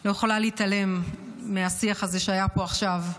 אני לא יכולה להתעלם מהשיח הזה שהיה פה עכשיו.